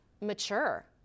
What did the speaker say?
mature